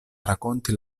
rakonti